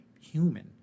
human